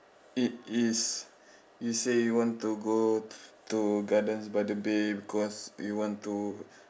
it is you say you want to go to Gardens-by-the-Bay because you want to